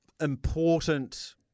important